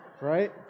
Right